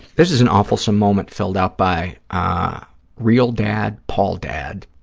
this is an awfulsome moment filled out by ah real dad paul dad.